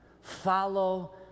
Follow